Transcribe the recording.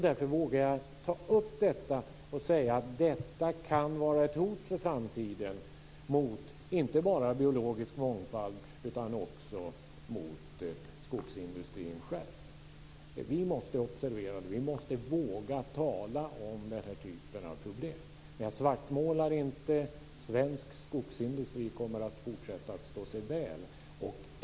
Därför vågar jag ta upp detta och säga att detta kan vara ett hot för framtiden inte bara mot biologisk mångfald utan också mot skogsindustrin själv. Vi måste observera det, och vi måste våga tala om den här typen av problem. Jag svartmålar inte. Svensk skogsindustri kommer att fortsätta att stå sig väl.